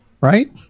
right